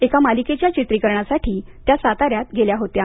एका मालिकेच्या चित्रीकरणासाठी त्या सातार्यात गेल्या होत्या